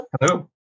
Hello